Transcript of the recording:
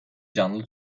canlı